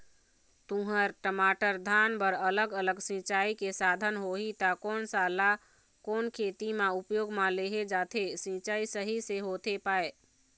तुंहर, टमाटर, धान बर अलग अलग सिचाई के साधन होही ता कोन सा ला कोन खेती मा उपयोग मा लेहे जाथे, सिचाई सही से होथे पाए?